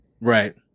Right